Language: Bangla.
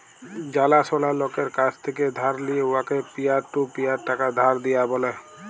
জালাশলা লকের কাছ থ্যাকে ধার লিঁয়ে উয়াকে পিয়ার টু পিয়ার টাকা ধার দিয়া ব্যলে